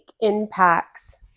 impacts